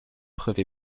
preuve